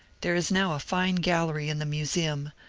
there is now a fine gallery in the museum,